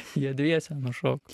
jie dviese nušoko